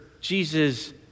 Jesus